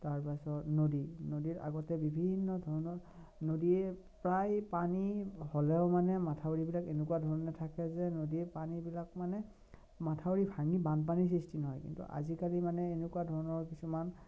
তাৰপাছত নদী নদীত আগতে বিভিন্ন ধৰণৰ নদীয়ে প্ৰায় পানী হ'লেও মানে মাথাউৰিবিলাক এনেকুৱা ধৰণৰ থাকে যে নদীয়ে পানীবিলাক মানে মাথাউৰি ভাঙি বানপনীৰ সৃষ্টি নহয় কিন্তু আজিকালি মানে এনেকুৱা ধৰণৰ কিছুমান